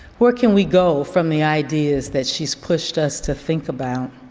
where can we go from the ideas that she's pushed us to think about